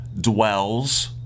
Dwells